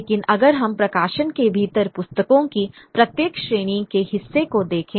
लेकिन अगर हम प्रकाशन के भीतर पुस्तकों की प्रत्येक श्रेणी के हिस्से को देखें